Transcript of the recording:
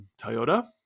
Toyota